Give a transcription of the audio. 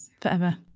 forever